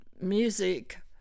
music